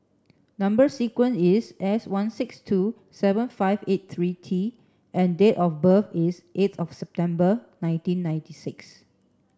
number sequence is S one six two seven five eight three T and date of birth is eighth of September nineteen ninety six